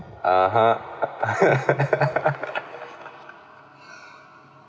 (uh huh)